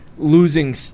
losing